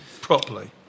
Properly